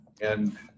and-